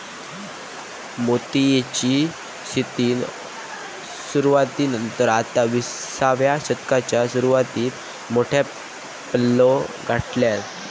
मोतीयेची शेतीन सुरवाती नंतर आता विसाव्या शतकाच्या सुरवातीक मोठो पल्लो गाठल्यान